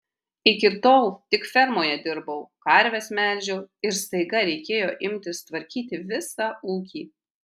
iki tol tik fermoje dirbau karves melžiau ir staiga reikėjo imtis tvarkyti visą ūkį